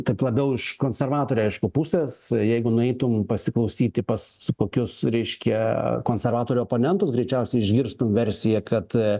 taip labiau iš konservatorių aišku pusės jeigu nueitum pasiklausyti pas kokius reiškia konservatorių oponentus greičiausiai išgirstum versiją kad